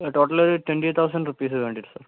total twenty thousand rupees വേണ്ടിവരും sir